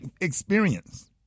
experience